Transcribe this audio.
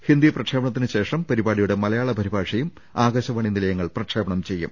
ഹിന്ദി പ്രക്ഷേപണത്തിന് ശേഷം പരിപാടിയുടെ മലയാളം പരിഭാ ഷയും ആകാശവാണി നിലയങ്ങൾ പ്രക്ഷേപണം ചെയ്യും